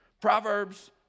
Proverbs